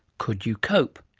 could you cope?